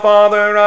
Father